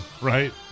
Right